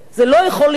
זה לא יכול להיות,